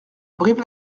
brive